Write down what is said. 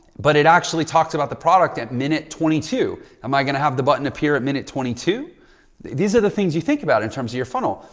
but it actually talks about the product at minute twenty two zero am i going to have the button appear at minute twenty two these are the things you think about in terms of your funnel,